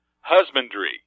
Husbandry